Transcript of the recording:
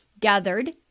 gathered